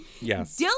Yes